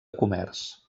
comerç